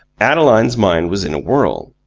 adeline's mind was in a whirl.